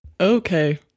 okay